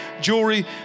Jewelry